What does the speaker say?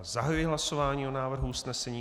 Zahajuji hlasování o návrhu usnesení.